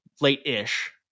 late-ish